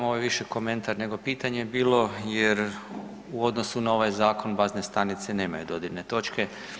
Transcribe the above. Ovo je više komentar nego pitanje bilo jer u odnosu na ovaj zakon bazne stanice nemaju dodirne točke.